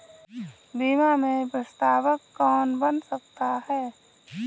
बीमा में प्रस्तावक कौन बन सकता है?